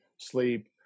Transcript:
sleep